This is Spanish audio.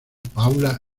paula